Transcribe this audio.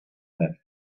left